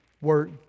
Work